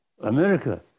America